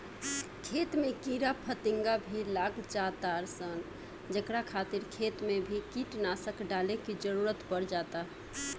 खेत में कीड़ा फतिंगा भी लाग जातार सन जेकरा खातिर खेत मे भी कीटनाशक डाले के जरुरत पड़ जाता